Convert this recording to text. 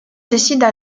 décident